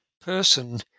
person